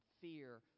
Fear